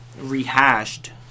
rehashed